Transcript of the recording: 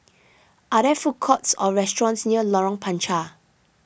are there food courts or restaurants near Lorong Panchar